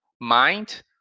mind